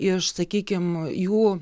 iš sakykim jų